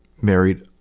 married